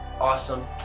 awesome